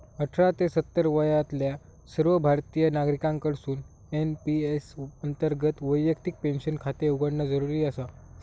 अठरा ते सत्तर वयातल्या सर्व भारतीय नागरिकांकडसून एन.पी.एस अंतर्गत वैयक्तिक पेन्शन खाते उघडणा जरुरी आसा